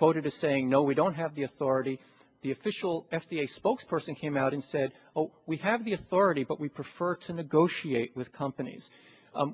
quoted as saying no we don't have the authority the official f d a spokesperson came out and said we have the authority but we prefer to negotiate with companies